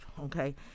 okay